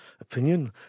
opinion